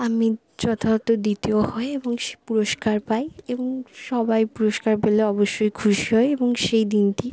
আমি যথাযথ দ্বিতীয় হয়ে এবং সে পুরস্কার পাই এবং সবাই পুরুস্কার পেলে অবশ্যই খুশি হয় এবং সেই দিনটি